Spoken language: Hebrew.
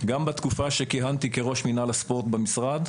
גם בתקופה שכיהנתי כראש מינהל הספורט במשרד,